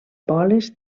boles